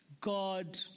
God